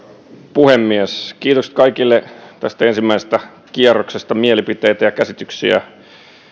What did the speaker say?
puhemies kiitos kaikille tästä ensimmäisestä kierroksesta mielipiteitä ja käsityksiä